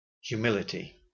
humility